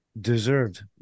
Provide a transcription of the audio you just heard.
deserved